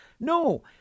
No